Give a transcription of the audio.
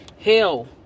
Hell